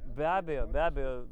be abejo be abejo